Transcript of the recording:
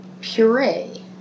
puree